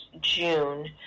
June